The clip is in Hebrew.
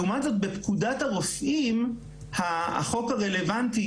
לעומת זאת בפקודת הרופאים החוק הרלוונטי